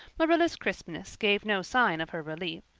marilla's crispness gave no sign of her relief.